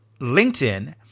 LinkedIn